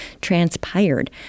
transpired